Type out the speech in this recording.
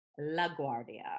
LaGuardia